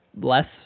less